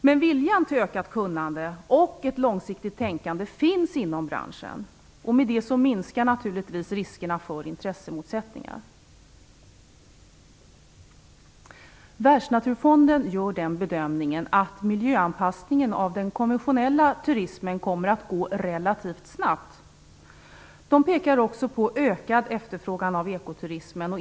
Men viljan till ökat kunnande och ett långsiktigt tänkande finns inom branschen. Med det minskar naturligtvis risken för intressemotsättningar. Världsnaturfonden gör den bedömningen att miljöanpassningen av den konventionella turismen kommer att gå relativt snabbt. Den pekar också på ökad efterfrågan på ekoturism.